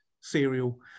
cereal